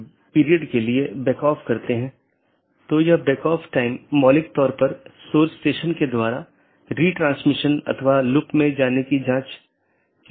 इन साथियों के बीच BGP पैकेट द्वारा राउटिंग जानकारी का आदान प्रदान किया जाना आवश्यक है